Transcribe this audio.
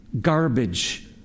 garbage